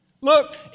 Look